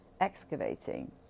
excavating